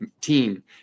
team